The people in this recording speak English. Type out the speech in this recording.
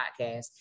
podcast